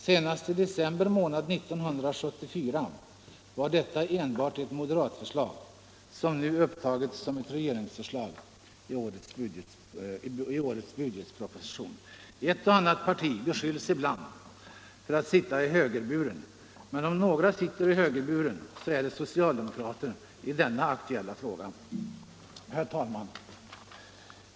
Senast i december månad 1974 var detta enbart ett moderatförslag, som nu upptagits som ett regeringsförslag i årets budgetproposition. Ett och annat parti beskylls ibland för att sitta i högerburen, men om några sitter i högerburen är det socialdemokraterna i denna aktuella fråga. Herr talman!